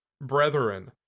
brethren